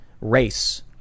race